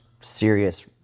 serious